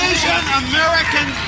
Asian-American